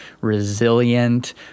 resilient